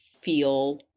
feel